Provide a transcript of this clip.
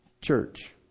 church